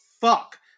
fuck